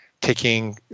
taking